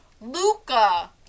Luca